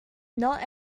not